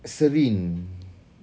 serene